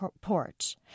porch